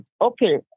okay